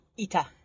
Ita